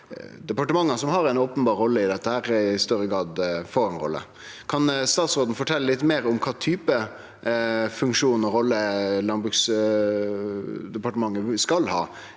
departementa som har ei openberr rolle i dette, i større grad får ei rolle. Kan statsråden fortelje litt meir om kva type funksjon og rolle Landbruks- og matdepartementet skal ha